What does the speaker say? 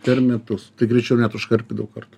per metus tai greičiau net už karpį daug kartų